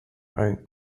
are